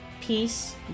Peace